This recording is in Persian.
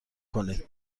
کنید